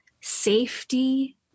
safety